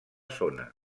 zona